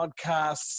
podcasts